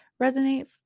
resonate